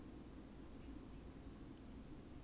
it runs in my family we're lazy to eat